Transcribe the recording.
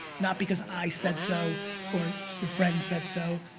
not because i said so or your friend said so.